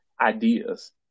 ideas